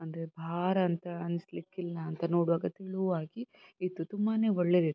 ಅಂದರೆ ಭಾರ ಅಂತ ಅನಿಸ್ಲಿಕ್ಕಿಲ್ಲ ಅಂತ ನೋಡುವಾಗ ತೆಳುವಾಗಿ ಇತ್ತು ತುಂಬಾ ಒಳ್ಳೆಯದಿತ್ತು